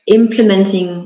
implementing